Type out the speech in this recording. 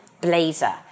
blazer